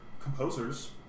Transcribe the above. composers